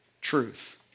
truth